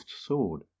sword